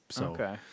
Okay